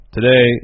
Today